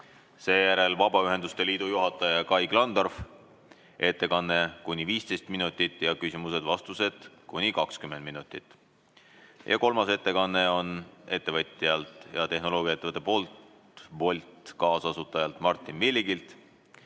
Seejärel on Vabaühenduste Liidu juhataja Kai Klandorfi ettekanne kuni 15 minutit ja küsimused-vastused kuni 20 minutit. Kolmas ettekanne on ettevõtjalt ja tehnoloogiaettevõtte Bolt kaasasutajalt Martin Villigilt,